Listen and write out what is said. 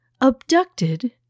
abducted